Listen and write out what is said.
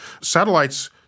Satellites